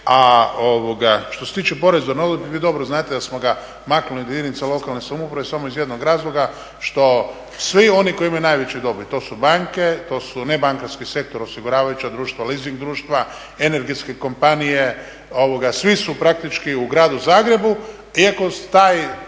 A što se tiče poreza na dobit vi dobro znate da smo ga maknuli od jedinica lokalne samouprave samo iz jednog razloga što svi oni koji imaju najveću dobit, to su banke, to su nebankarski sektor, osiguravajuća društva, leasing društva, energetske kompanije, svi su praktički u Gradu Zagrebu iako taj